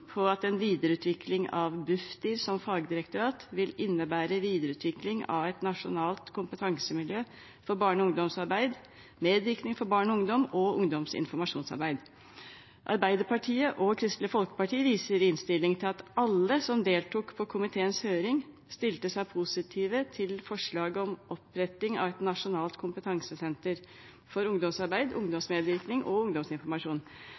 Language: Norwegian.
at en videreutvikling av Bufdir som fagdirektorat vil innebære videreutvikling av et nasjonalt kompetansemiljø for barne- og ungdomsarbeid, medvirkning for barn og ungdom og ungdomsinformasjonsarbeid. Arbeiderpartiet og Kristelig Folkeparti viser i innstillingen til at alle som deltok på komiteens høring, stilte seg positive til forslaget om oppretting av et nasjonalt kompetansesenter for ungdomsarbeid, ungdomsmedvirkning og ungdomsinformasjon.